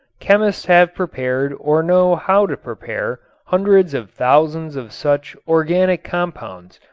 chemists have prepared or know how to prepare hundreds of thousands of such organic compounds,